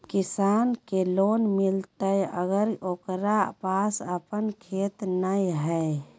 किसान के लोन मिलताय अगर ओकरा पास अपन खेत नय है?